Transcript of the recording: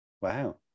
Wow